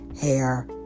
hair